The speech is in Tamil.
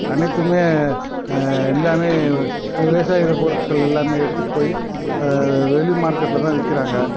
அனைத்துமே எல்லாமே விவசாய இது பொருட்கள் எல்லாமே எடுத்துட்டு போயி வெளி மார்க்கெட்டில் தான் விற்கிறாங்க